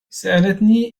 سألتني